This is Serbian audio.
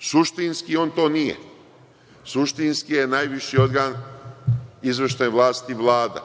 suštinski on to nije. Suštinski je najviši organ izvršne vlasti Vlada.